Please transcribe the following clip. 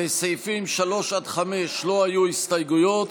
לסעיפים 3 5 לא היו הסתייגויות.